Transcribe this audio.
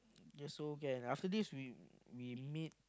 ya so can after this we we meet